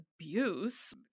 abuse